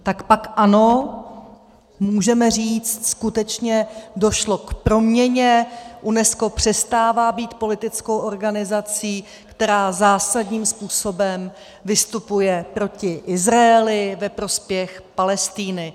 Tak pak ano, můžeme říct, skutečně došlo k proměně, UNESCO přestává být politickou organizací, která zásadním způsobem vystupuje proti Izraeli ve prospěch Palestiny.